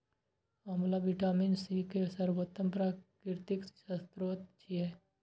आंवला vitamin C के सर्वोत्तम प्राकृतिक स्रोत छियै